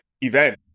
event